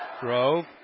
Grove